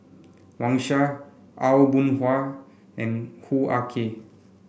Wang Sha Aw Boon Haw and Hoo Ah Kay